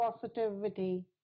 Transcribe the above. positivity